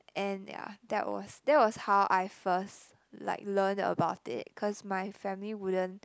and yeah that was that was how I first like learn about it cause my family wouldn't